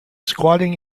squatting